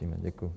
Děkuju.